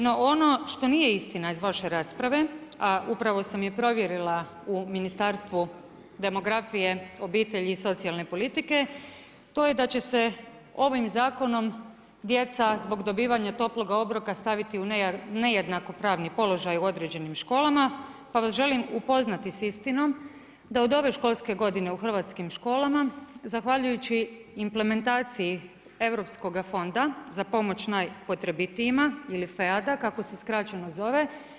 No, ono što nije istina iz vaše rasprave, a upravo sam je provjerila u Ministarstvu demografije, obitelji i socijalne politike to je da će se ovim zakonom djeca zbog dobivanja toploga obroka staviti u nejednako pravni položaj u određenim školama, pa vas želim upoznati sa istinom, da od ove školske godine u hrvatskim školama zahvaljujući implementaciji europskoga Fonda za pomoć najpotrebitijima ili FEAD-a kako se skraćeno zove.